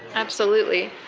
absolutely.